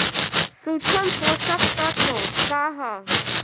सूक्ष्म पोषक तत्व का ह?